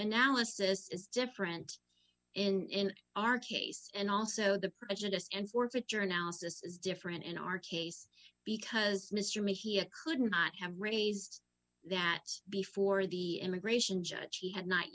analysis is different in our case and also the prejudiced and forfeiture analysis is different in our case because mr may he could not have raised that before the immigration judge he had not